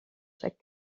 chaque